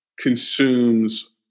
consumes